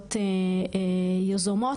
להריסות יזומות,